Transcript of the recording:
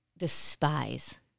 despise